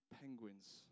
penguins